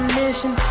mission